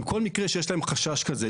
כל מקרה שיש להם חשש כזה,